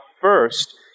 first